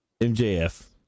MJF